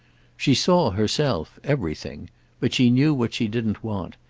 she saw, herself, everything but she knew what she didn't want,